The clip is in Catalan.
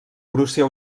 prússia